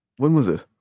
when was this?